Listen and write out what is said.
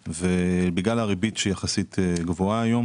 ובגלל הריבית שהיא גבוהה יחסית,